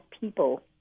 people